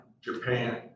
japan